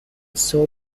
صبح